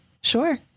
Sure